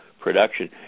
production